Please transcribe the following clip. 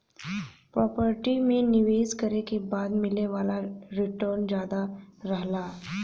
property में निवेश करे के बाद मिले वाला रीटर्न जादा रहला